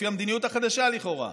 לפי המדיניות החדשה לכאורה,